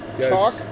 Talk